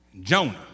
Jonah